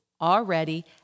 already